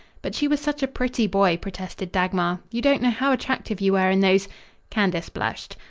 but she was such a pretty boy, protested dagmar. you don't know how attractive you were in those candace blushed.